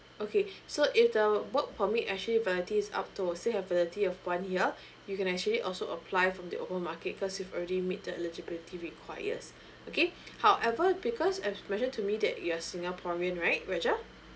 okay so if the work permit actually validity is up to say have validity of one year you can actually also apply from the open market because you've already met the eligibility requires okay however because as you mentioned to me that you're singaporean right raja